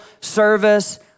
service